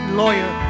lawyer